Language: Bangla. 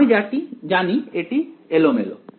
আমি জানি এটি এলোমেলো